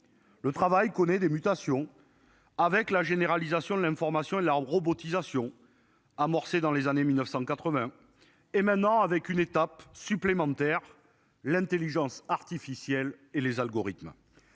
Le travail connaît des mutations avec la généralisation de l'information et la robotisation amorcé dans les années 1980 et maintenant avec une étape supplémentaire. L'Intelligence artificielle et les algorithmes.